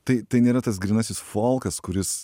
tai tai nėra tas grynasis folkas kuris